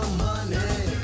money